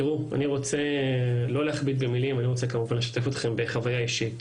אני רוצה לא להכביר במילים אני רוצה כמובן לשתף אתכם בחוויה אישית.